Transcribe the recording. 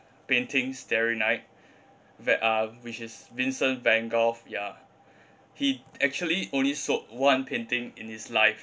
painting starry night ve~ uh which is vincent van gogh ya he actually only sold one painting in his life